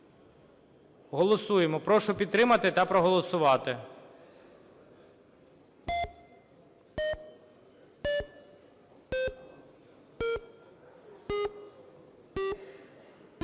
Голосуємо. Прошу підтримати та проголосувати.